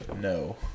No